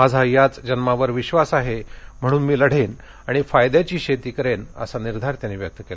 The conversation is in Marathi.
माझा याच जन्मावर विधास आहे म्हणून मी लढेन आणि फायद्याची शेती करेन असा निर्धार त्यांनी व्यक्त केला